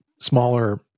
smaller